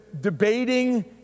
debating